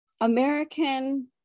american